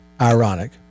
ironic